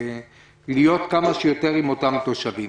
ולהיות כמה שיותר עם אותם תושבים.